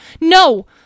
No